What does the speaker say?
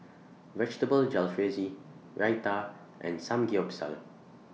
Vegetable Jalfrezi Raita and Samgeyopsal